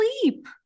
sleep